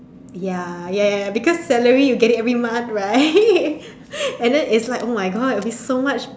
ya ya ya because salary you get it every month right and then is like !oh-my-God! it would be so much